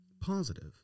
Positive